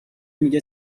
میگه